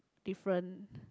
different